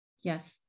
Yes